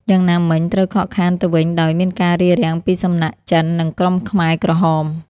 យ៉ាងណាមិញ ត្រូវខកខានទៅវិញដោយ មានការរារាំងពីសំណាក់ចិន និងក្រុមខ្មែរក្រហម។